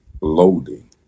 loading